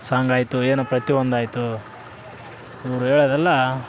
song ಆಯಿತು ಏನೋ ಪ್ರತಿ ಒಂದು ಆಯಿತು ಇವ್ರು ಹೇಳೋದೆಲ್ಲ